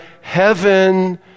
heaven